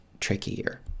trickier